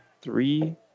three